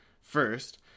first